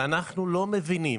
ואנחנו לא מבינים